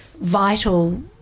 vital